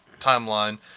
timeline